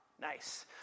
Nice